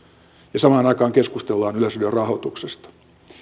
ja samaan aikaan keskustellaan yleisradion rahoituksesta